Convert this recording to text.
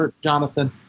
Jonathan